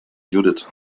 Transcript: judith